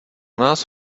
nás